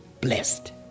blessed